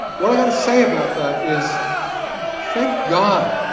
what i've got to say about that is thank god,